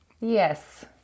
Yes